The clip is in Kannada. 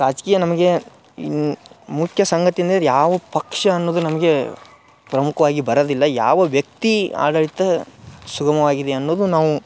ರಾಜಕೀಯ ನಮಗೆ ಇನ್ನು ಮುಖ್ಯ ಸಂಗತಿ ಅಂದರೆ ಯಾವ ಪಕ್ಷ ಅನ್ನೋದು ನಮಗೆ ಪ್ರಮುಖ್ವಾಗಿ ಬರದಿಲ್ಲ ಯಾವ ವ್ಯಕ್ತಿ ಆಡಳಿತ ಸುಗಮವಾಗಿದೆ ಅನ್ನೋದು ನಾವು